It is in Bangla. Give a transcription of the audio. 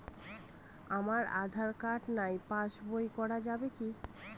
আমার আঁধার কার্ড নাই পাস বই করা যাবে কি?